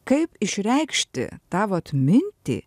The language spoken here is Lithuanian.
kaip išreikšti tą vat mintį